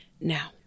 Now